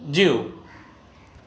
जीउ